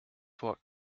for